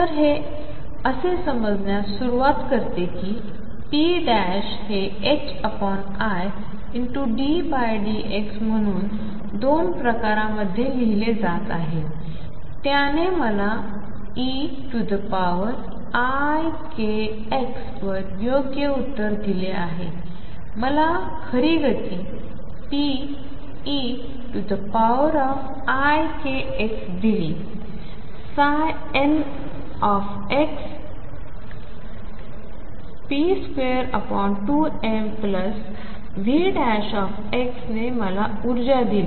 तर हे असे समजण्यास सुरवात करते कीp हे iddx म्हणून दोन प्रकार मध्ये लिहिले जात आहे त्याने मला eikx वर योग्य उत्तर दिले आहे मला खरी गती peikxदिलीn p22mVx ने मला ऊर्जा दिली